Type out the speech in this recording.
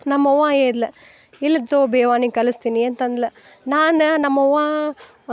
ನಮ್ಮವ್ವಾ ಎದ್ಲು ಇಲ್ಲಿ ತೂ ಬೇವಾ ನೀ ಕಲಿಸ್ತೀನಿ ಅಂತಂದ್ಲು ನಾನು ನಮ್ಮವ್ವ